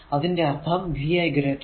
അതിന്റെ അർഥം vi0